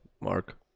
Mark